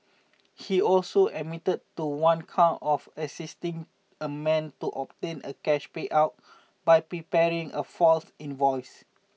he also admitted to one count of assisting a man to obtain a cash payout by preparing a false invoice